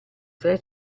tre